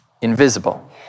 invisible